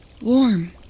warm